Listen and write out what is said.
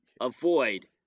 avoid